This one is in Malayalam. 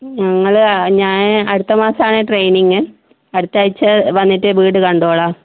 ഞങ്ങള് ഞാൻ അടുത്ത മാസമാണ് ട്രെയിനിങ് അടുത്താഴ്ച്ച വന്നിട്ട് വീട് കണ്ടോളാം